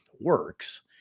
works